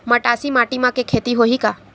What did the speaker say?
मटासी माटी म के खेती होही का?